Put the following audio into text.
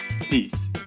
Peace